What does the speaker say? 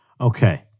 Okay